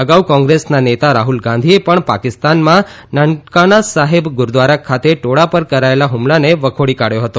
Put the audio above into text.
અગાઉ કોંગ્રેસના નેતા રાફલ ગાંધીચ્ય પણ પાકિસ્તાનમાં નાનકાના સાહિબ ગુરૂદ્વારા ખાતે ટોળા દ્વારા કરાચેલા ફમલાને વખોડી કાઢ્યો હતો